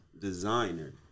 designer